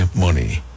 money